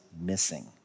missing